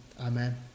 Amen